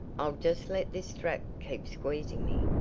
i'll just let this strap keep squeezing me,